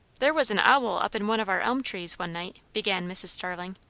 there was an owl up in one of our elm-trees one night, began mrs. starling.